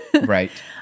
Right